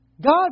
God